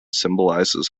symbolizes